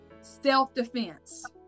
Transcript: self-defense